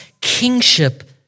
kingship